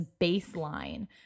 baseline